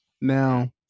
Now